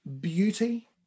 beauty